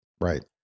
Right